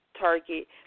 target